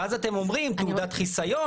ואז אתם אומרי0 תעודת חיסיון.